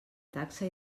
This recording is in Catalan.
taxa